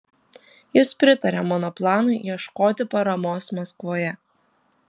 jis pritarė mano planui ieškoti paramos maskvoje